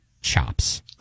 chops